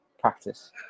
practice